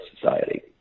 Society